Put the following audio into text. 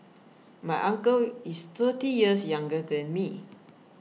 my uncle is thirty years younger than me